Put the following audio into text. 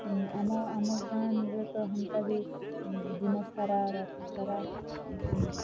ଆମ ଆମ ଗାଁ ନିରତ ହେନ୍ତା ବି ଦିନ ସାରା ରାତି ସାରା